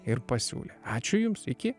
ir pasiūlė ačiū jums iki